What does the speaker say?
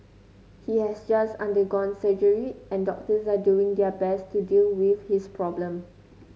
he has just undergone surgery and doctors are doing their best to deal with his problem